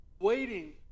waiting